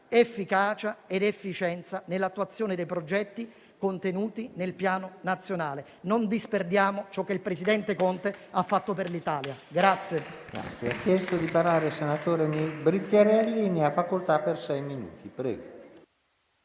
efficacia ed efficienza nell'attuazione dei progetti contenuti nel Piano nazionale. Non disperdiamo ciò che il presidente Conte ha fatto per l'Italia.